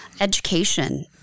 education